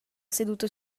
seduto